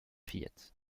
fillette